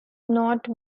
not